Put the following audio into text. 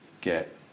get